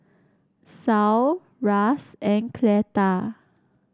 Saul Ras and Cleta